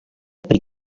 pri